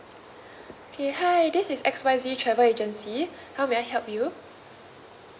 okay hi this is X Y Z travel agency how may I help you